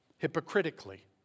hypocritically